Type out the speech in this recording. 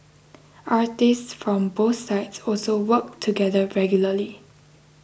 artists from both sides also work together regularly